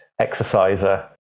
exerciser